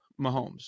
Mahomes